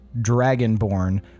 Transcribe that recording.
dragonborn